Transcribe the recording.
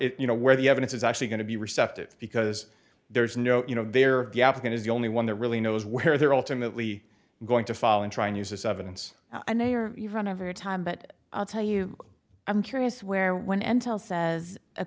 you know where the evidence is actually going to be receptive because there's no you know they're the applicant is the only one that really knows where they're ultimately going to fall in trying to use this evidence and they are run over time but i'll tell you i'm curious where when a